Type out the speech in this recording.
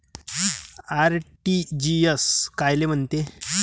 RTGS कायले म्हनते?